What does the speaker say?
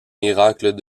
miracles